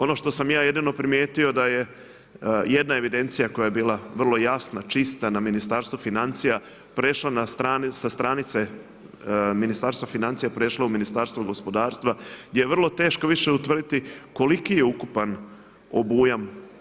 Ono što sam ja jedino primijetio da je jedna evidencija koja je bila vrlo jasna, čista na Ministarstvu financija prešla sa stranice Ministarstva financija prešlo u Ministarstvo gospodarstva gdje je vrlo teško više utvrditi koliki je ukupan obujam.